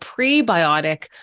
prebiotic